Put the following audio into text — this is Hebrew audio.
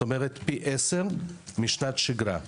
כלומר פי עשרה משנת שגרה.